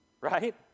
right